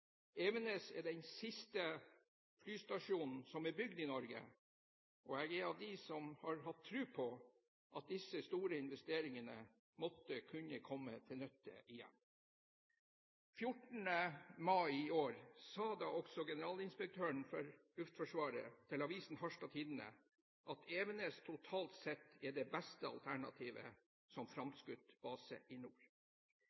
Evenes er den siste flystasjonen som er bygd i Norge, og jeg er av dem som har hatt tro på at disse store investeringene måtte kunne komme til nytte igjen. Den 14. mai i år sa da også generalinspektøren for Luftforsvaret til avisen Harstad Tidende at Evenes totalt sett er det beste alternativet som